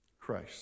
Christ